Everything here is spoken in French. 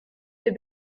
des